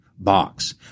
Box